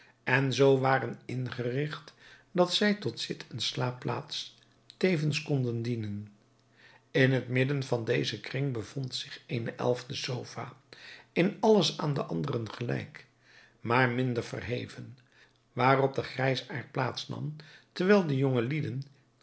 en zoo waren ingerigt dat zij tot zit en slaapplaats tevens konden dienen in het midden van dezen kring bevond zich eene elfde sofa in alles aan de anderen gelijk maar minder verheven waarop de grijsaard plaats nam terwijl de